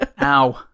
Ow